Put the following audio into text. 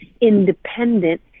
independent